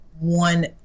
one